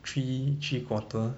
three three quarter